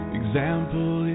example